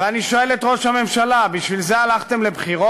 ואני שואל את ראש הממשלה: בשביל זה הלכתם לבחירות?